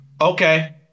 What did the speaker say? Okay